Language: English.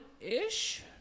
ish